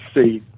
see